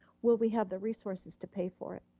will we have the resources to pay for it?